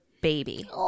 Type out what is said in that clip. baby